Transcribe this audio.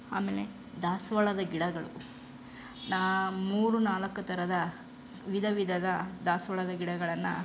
ಆಮೇಲೆ ದಾಸವಾಳದ ಗಿಡಗಳು ನಾನು ಮೂರು ನಾಲ್ಕು ಥರದ ವಿಧವಿಧದ ದಾಸವಾಳದ ಗಿಡಗಳನ್ನು